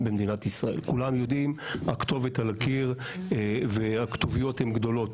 כולנו יודעים שהכתובת על הקיר והכתוביות הן גדולות.